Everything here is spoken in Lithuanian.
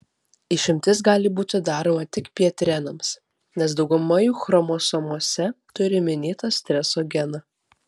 išimtis gali būti daroma tik pjetrenams nes dauguma jų chromosomose turi minėtą streso geną